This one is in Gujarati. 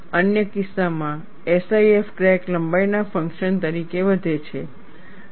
અન્ય કિસ્સામાં SIF ક્રેક લંબાઈના ફંક્શન તરીકે વધે છે